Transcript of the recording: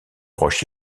roches